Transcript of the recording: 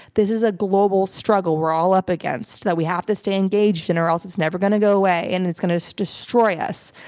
this is a global struggle we're all up against that we have to stay engaged in or else it's never going to go away and it's going to destroy us.